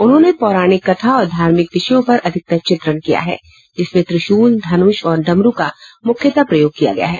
उन्होंने पौराणिक कथा और धर्मिक विषयों पर अधिकतर चित्रण किया है जिसमें त्रिशुल धनुष और डमरू का मुख्यतः प्रयोग किया गया है